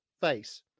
face